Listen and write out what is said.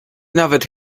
nawet